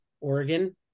Oregon